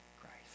Christ